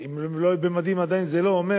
אם הם לא היו במדים עדיין זה לא אומר